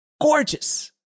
gorgeous